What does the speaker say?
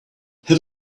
have